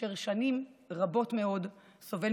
אשר סובל שנים רבות מאוד מסכיזופרניה.